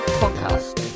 podcast